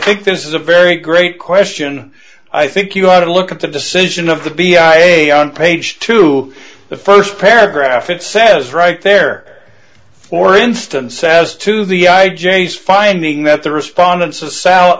think this is a very great question i think you ought to look at the decision of the v a on page two the first paragraph it says right there for instance says to the i j s finding that the respondents